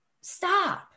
stop